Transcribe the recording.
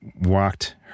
walked